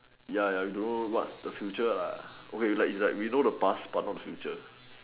ya ya we don't know what the future lah okay it's like it's like we know the past but not the future